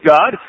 God